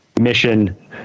mission